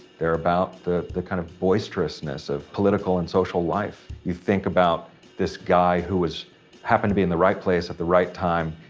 they're about the, the kind of boisterousness of political and social life. you think about this guy who was happen to be in the right place at the right time,